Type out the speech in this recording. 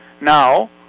Now